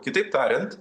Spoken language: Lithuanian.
kitaip tariant